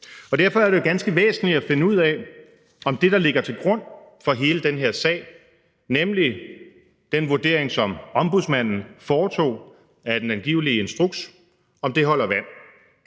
dag. Derfor er det jo ganske væsentligt at finde ud af, om det, der ligger til grund for hele denne her sag, nemlig den vurdering, som Ombudsmanden foretog af den angivelige instruks, holder vand.